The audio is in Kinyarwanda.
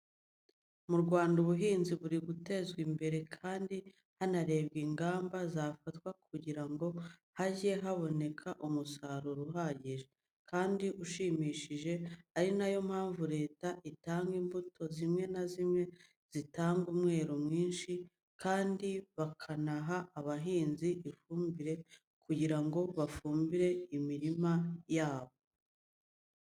Mu Rwanda ubuhinzi buri gutezwa imbere kandi hanarebwa ingamba zafatwa kugira ngo hajye haboneka umusaruro uhagije, kandi ushimishije ari na yo mpamvu leta itanga imbuto zimwe na zimwe zitanga umwero mwinshi kandi bakanaha abahinzi ifumbire kugira ngo bafumbire imirima yabo.